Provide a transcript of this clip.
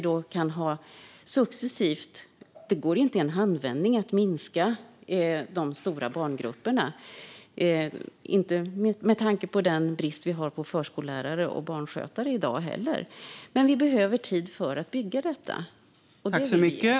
Det går inte i en handvändning att minska de stora barngrupperna, särskilt inte med tanke på den brist vi har på förskollärare och barnskötare i dag. Vi behöver tid för att bygga detta.